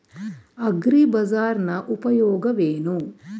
ಅಗ್ರಿಬಜಾರ್ ನ ಉಪಯೋಗವೇನು?